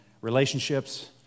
relationships